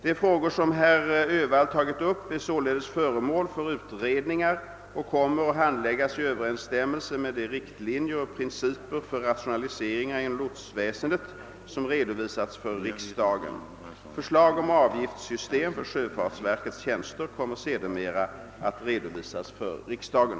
De frågor som herr Öhvall tagit upp är således föremål för utredningar och kommer att handläggas i överensstämmelse med de riktlinjer och principer för rationaliseringar inom lotsväsendet som redovisats för riksdagen. Förslag om avgiftssystem för sjöfartsverkets tjänster kommer sedermera att redovisas för riksdagen.